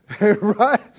Right